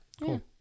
Cool